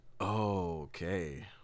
okay